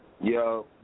Yo